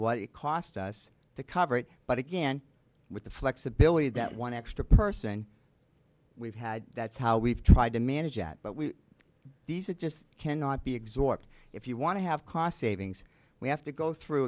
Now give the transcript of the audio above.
what it cost us to cover it but again with the flexibility that one extra person we've had that's how we've tried to manage at but we these are just cannot be exhort if you want to have cost savings we have to go through